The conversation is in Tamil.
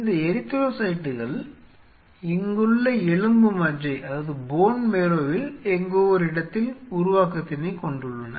இந்த எரித்ரோசைட்டுகள் இங்குள்ள எலும்பு மஜ்ஜையில் எங்கோ ஒரு இடத்தில் உருவாக்கத்தினைக் கொண்டுள்ளன